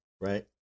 right